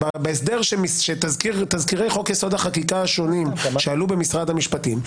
בהסדר שתזכירי חוק יסוד: החקיקה השונים שעלו במשרד המשפטים,